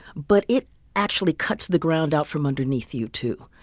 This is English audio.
but it actually cuts the ground out from underneath you, too.